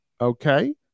Okay